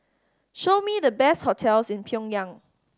show me the best hotels in Pyongyang